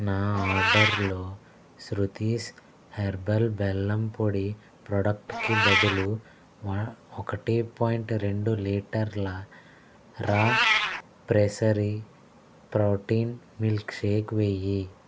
నా ఆర్డర్లో శృతీస్ హెర్బల్ బెల్లం పొడి ప్రోడక్ట్కి బదులు ఒ ఒకటి పాయింట్ రెండు లీటర్ల raw pressery protein milkshake వెయ్యి